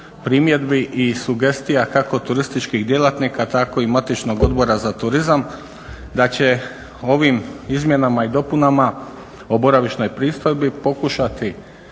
primjedbi i sugestija kako turističkih djelatnika tako i matičnog Odbora za turizam, da će ovim izmjenama i dopunama o boravišnoj pristojbi pokušati